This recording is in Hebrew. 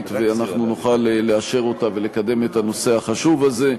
ואנחנו נוכל לאשר אותה ולקדם את הנושא החשוב הזה.